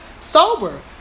Sober